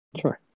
Sure